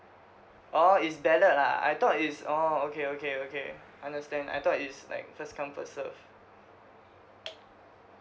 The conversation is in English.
orh is ballot ah I thought is orh okay okay okay understand I thought it's like first come first serve